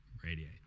radiate